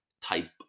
type